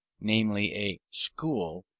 namely a school,